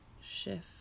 shift